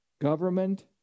Government